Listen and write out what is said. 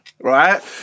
right